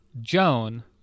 Joan